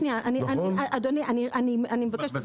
אדוני אני מבקשת,